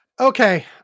Okay